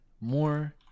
more